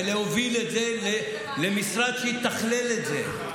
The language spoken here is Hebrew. ולהוביל את זה למשרד שיתכלל את זה.